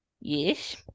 Yes